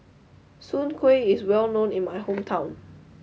Soon Kueh is well known in my hometown